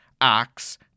Ox